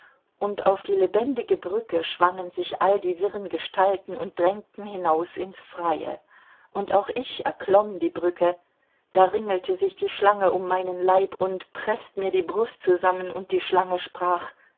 und auf die lebendige brücke schwangen sich all die wirren gestalten und drängten hinaus in's freie und auch ich erklomm die brücke da ringelte sich die schlange um meinen leib und preßt mir die brust zusammen und die schlange sprach